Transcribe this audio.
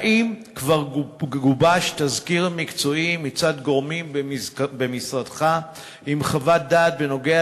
האם כבר גובש תזכיר מקצועי מצד גורמים במשרדך עם חוות דעת בנוגע